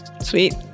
sweet